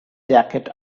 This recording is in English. jacket